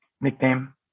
nickname